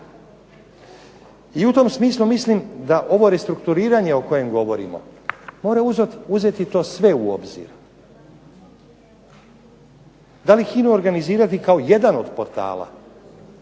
I u tom smislu mislim da ovo restrukturiranje o kojem govorimo, mora uzeti to sve u obzir. Da li HINA-u organizirati kao jedan od portala?